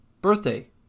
birthday